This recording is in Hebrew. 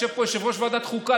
יושב פה יושב-ראש ועדת החוקה,